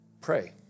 pray